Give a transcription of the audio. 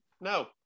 no